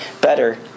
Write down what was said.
better